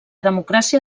democràcia